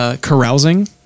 Carousing